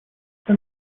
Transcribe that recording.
then